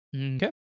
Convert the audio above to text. Okay